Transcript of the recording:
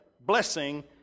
blessing